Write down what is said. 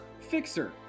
Fixer